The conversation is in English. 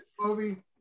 movie